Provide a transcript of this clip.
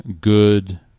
good